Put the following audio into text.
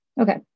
Okay